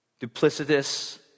duplicitous